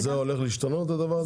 אז זה הולך להשתנות הדבר הזה?